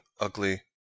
ugly